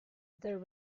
there